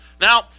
Now